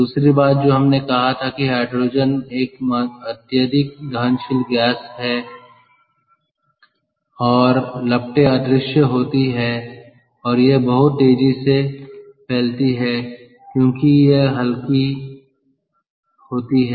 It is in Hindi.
दूसरी बात जो हमने कही थी कि हाइड्रोजन एक अत्यधिक दहनशील गैस है और लपटें अदृश्य होती हैं और यह बहुत तेजी से फैलती है क्योंकि यह हल्की होती है